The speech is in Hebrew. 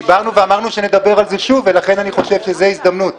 דיברנו ואמרנו שנדבר על זה שוב ולכן אני חושב שזו ההזדמנות.